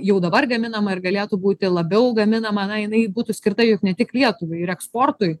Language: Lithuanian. jau dabar gaminama ir galėtų būti labiau gaminama na jinai būtų skirta juk ne tik lietuvai ir eksportui